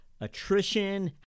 attrition